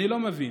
אני לא מבין,